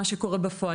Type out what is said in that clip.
מה שקורה בפועל,